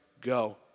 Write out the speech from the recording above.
go